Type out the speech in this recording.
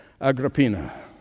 Agrippina